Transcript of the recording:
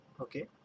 Okay